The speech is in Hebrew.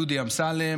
דודי אמסלם,